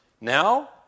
Now